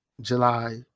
July